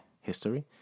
history